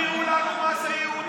תגדירו לנו מה זה יהודי.